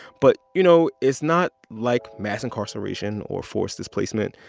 but, you know, it's not like mass incarceration or forced displacement,